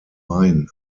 main